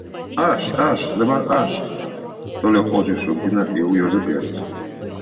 aš aš dabar aš toliau ožį šokdina jau juozapėlis